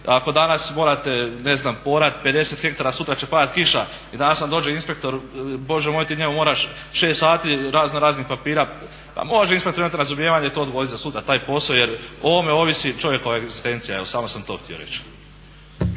ako danas morate ne znam poorat 50 hektara, sutra će padati kiša i danas vam dođe inspektor, Bože moj ti njemu moraš šest sati razno raznih papira, pa može inspektor imati razumijevanja i to odgoditi za sutra, taj posao jer o ovome ovisi čovjekova egzistencija. Evo samo sam to htio reći.